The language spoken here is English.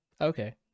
Okay